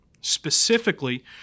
specifically